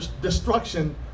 destruction